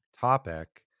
topic